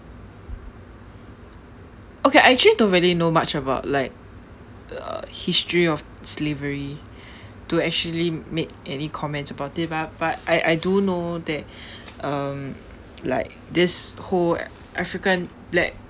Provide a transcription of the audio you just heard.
okay I actually don't really know much about like uh history of slavery to actually make any comments about it but but I I do know that um like this whole a~ african black